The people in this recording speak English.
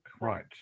Right